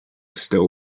still